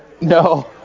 No